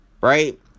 right